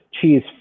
cheese